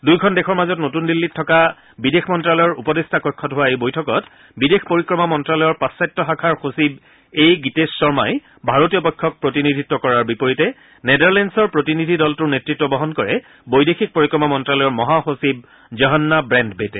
দুয়ো দেশৰ মাজত নতুন দিল্লীত থকা বিদেশ মন্ত্যালয়ৰ উপদেষ্টা কক্ষত হোৱা এই বৈঠকত বিদেশ পৰিক্ৰমা মন্ত্যালয়ৰ পাশ্চাত্য শাখাৰ সচিব এ গিতেশ শৰ্মাই ভাৰতীয় পক্ষক প্ৰতিনিধিত্ব কৰাৰ বিপৰীতে নেডাৰলেণ্ডছৰ প্ৰতিনিধি দলটোৰ নেতৃত্ব বহন কৰে বৈদেশিক পৰিক্ৰমা মন্ত্যালয়ৰ মহা সচিব জহন্না ব্ৰেণ্ডবেতে